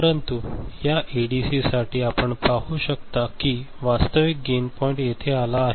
परंतु या एडीसीसाठी आपण पाहु शकता की वास्तविक गेन पॉईंट येथे आला आहे